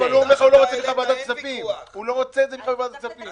הוא אומר לך, שהוא לא רוצה את זה בוועדת הכספים.